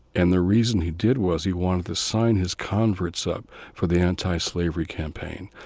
and the reason he did was he wanted to sign his converts up for the antislavery campaign.